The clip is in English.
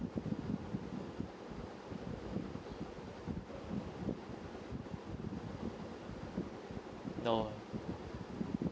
no ah